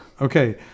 okay